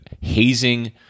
hazing